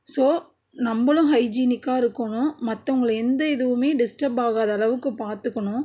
so நம்பளும் ஹைஜீனிக்காக இருக்கணும் மற்றவங்கள எந்த இதுவுமே டிஸ்டர்ப் ஆகாத அளவுக்கு பார்த்துக்கணும்